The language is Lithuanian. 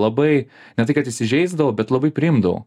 labai ne tai kad įsižeisdavau bet labai priimdavau